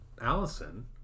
Allison